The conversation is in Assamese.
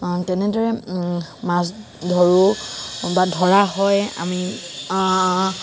তেনেদৰে মাছ ধৰোঁ বা ধৰা হয় আমি